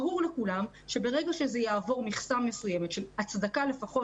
ברור לכולם שברגע שזה יעבור מכסה מסוימת של הצדקה לפחות